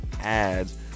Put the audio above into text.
ads